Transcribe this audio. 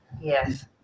yes